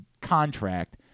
contract